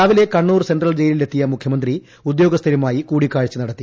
രാവിലെ കണ്ണൂർസെൻട്രൽ ജയിലിൽ എത്തിയ മുഖ്യമന്ത്രി ഉദ്യോഗസ്ഥരുമായി കൂടിക്കാഴ്ച നടത്തി